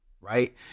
Right